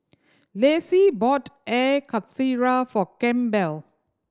Lacy bought Air Karthira for Campbell